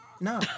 No